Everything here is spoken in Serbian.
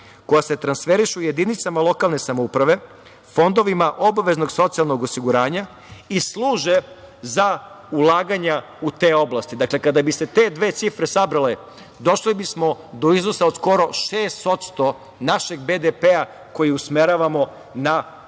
koje se transferišu jedinicama lokalne samouprave, fondovima obaveznog socijalnog osiguranja i služe za ulaganja u te oblasti. Dakle, kada bi se te dve cifre sabrale, došli bismo do iznosa od skoro 6% našeg BDP koji usmeravamo na